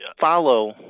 follow